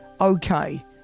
Okay